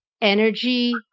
energy